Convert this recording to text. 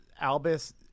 Albus